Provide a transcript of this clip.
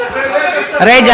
יש לך חברים,